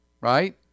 right